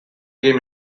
game